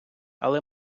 але